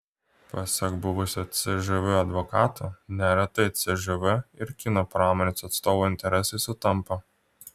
pasak buvusio cžv advokato neretai cžv ir kino pramonės atstovų interesai sutampa